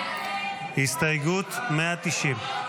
הסתייגות 190 לא